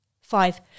five